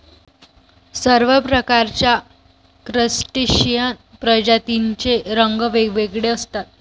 सर्व प्रकारच्या क्रस्टेशियन प्रजातींचे रंग वेगवेगळे असतात